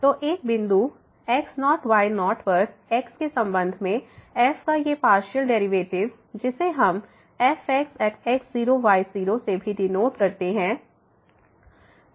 तो एक बिंदु x0 y0 पर x के संबंध में f का यह पार्शियल डेरिवेटिव जिसे हम fxx0 y0से भी डीनोट करते हैं